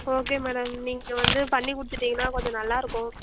okay madam நீங்கள் வந்து பண்ணிகொடுத்திட்டிங்கனா கொஞ்சம் நல்லாயிருக்கும்